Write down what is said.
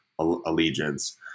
allegiance